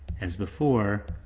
as before,